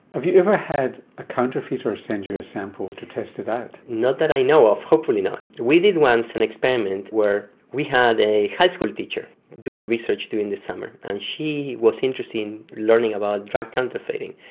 have you ever had a counterfeiter send you a sample to test it out? not that i know of. hopefully not. we did once an experiment where we had a high school teacher doing research during the summer and she was interested in learning about drug counterfeiting.